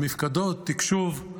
מפקדות תקשוב,